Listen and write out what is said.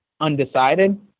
undecided